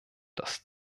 dass